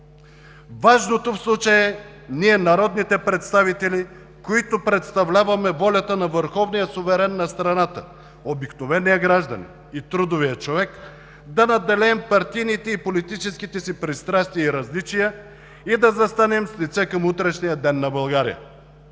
Важното в случая е ние, народните представители, които представляваме волята на върховния суверен на страната, обикновения гражданин и трудовия човек, да надделеем над партийните и политическите си пристрастия и различия и да застанем с лице към утрешния ден на България.